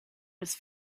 was